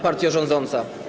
Partio Rządząca!